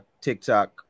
TikTok